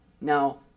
Now